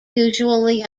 usually